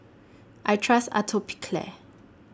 I Trust Atopiclair